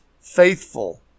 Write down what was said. faithful